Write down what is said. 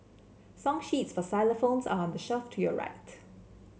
song sheets for xylophones are the shelf to your right